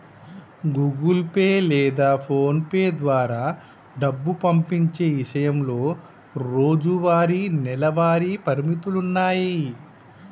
Google Pay లేదా PhonePe ద్వారా డబ్బు పంపించే ఇషయంలో రోజువారీ, నెలవారీ పరిమితులున్నాయి